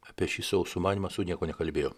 apie šį savo sumanymą su niekuo nekalbėjo